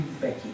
Becky